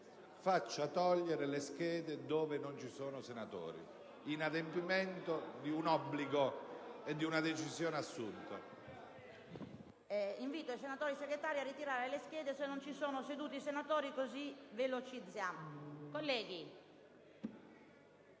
faccia togliere le schede dove non ci sono senatori, in adempimento di un obbligo e di una decisione assunta.